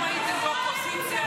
אם אתם הייתם באופוזיציה,